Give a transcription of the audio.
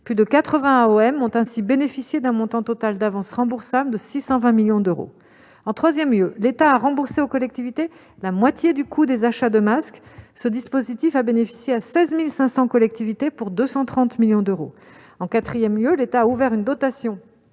ou AOM, ont ainsi bénéficié d'un montant total d'avances remboursables de 620 millions d'euros. En troisième lieu, l'État a remboursé aux collectivités la moitié du coût des achats de masques. Ce dispositif a bénéficié à 16 500 collectivités, pour 230 millions d'euros. En quatrième lieu, l'État a ouvert une dotation